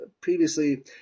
previously